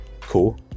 cool